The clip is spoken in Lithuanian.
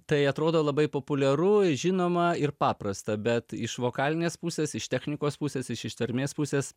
tai atrodo labai populiaru žinoma ir paprasta bet iš vokalinės pusės iš technikos pusės iš ištarmės pusės